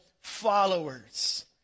followers